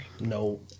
no